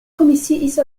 komisiis